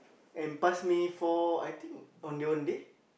and pass me four I think Ondeh-Ondeh